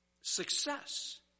success